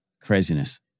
Craziness